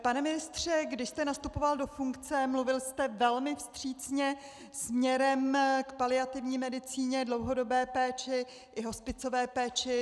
Pane ministře, když jste nastupoval do funkce, mluvil jste velmi vstřícně směrem k paliativní medicíně, dlouhodobé péči i hospicové péči.